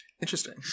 Interesting